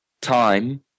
time